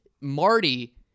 Marty